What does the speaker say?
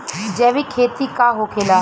जैविक खेती का होखेला?